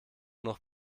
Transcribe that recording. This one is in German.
noch